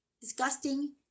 disgusting